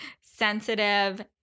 sensitive